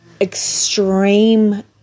extreme